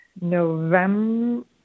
November